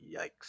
yikes